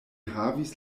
havis